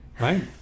right